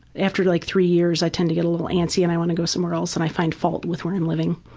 after like three years i tend to get little antsy and i want to go somewhere else and i find fault with where i'm living.